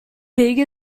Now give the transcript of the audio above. big